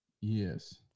Yes